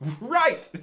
right